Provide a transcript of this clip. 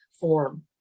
form